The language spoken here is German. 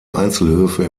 einzelhöfe